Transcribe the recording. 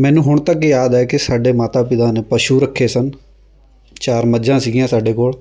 ਮੈਨੂੰ ਹੁਣ ਤੱਕ ਯਾਦ ਹੈ ਕਿ ਸਾਡੇ ਮਾਤਾ ਪਿਤਾ ਨੇ ਪਸ਼ੂ ਰੱਖੇ ਸਨ ਚਾਰ ਮੱਝਾਂ ਸੀਗੀਆਂ ਸਾਡੇ ਕੋਲ